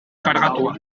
kargatua